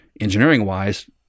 engineering-wise